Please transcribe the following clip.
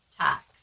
tax